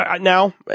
now